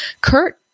Kurt